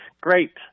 Great